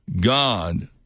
God